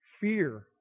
fear